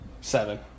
Seven